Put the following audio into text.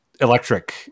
electric